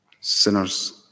sinners